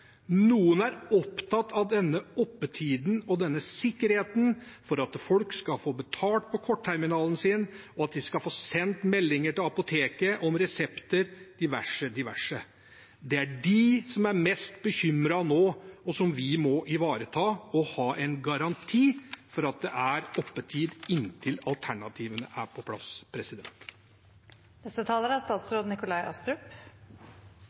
er opptatt av oppetiden og sikkerheten for at folk skal få betalt på kortterminalen sin og få sendt meldinger til apoteket om resepter, osv. Det er de som er mest bekymret nå, og som vi må ivareta. Vi må ha en garanti for at det er oppetid inntil alternativene er på plass. Jeg tror heldigvis vi kan si at vi er